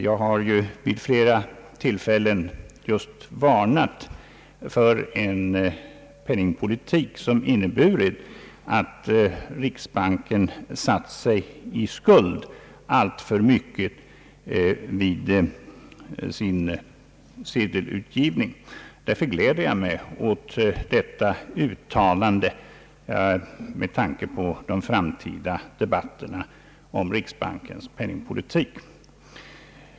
Jag har vid flera tillfällen just varnat för en penningpolitik som inneburit att riksbanken satt sig i skuld alltför mycket vid sin sedelutgivning. Därför gläder jag mig åt detta uttalande med tanke på de framtida debatterna om riksbankens penningpolitik.